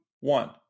one